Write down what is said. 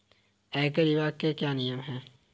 आयकर विभाग के क्या नियम हैं?